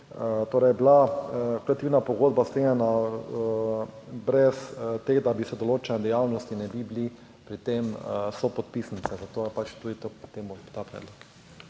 torej bila kolektivna pogodba sklenjena brez tega, da bi se določene dejavnosti, ne bi bili pri tem sopodpisnice, zato je pač tudi to potem ta predlog.